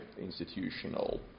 institutional